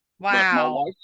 Wow